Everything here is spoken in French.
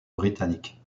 britannique